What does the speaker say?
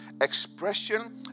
expression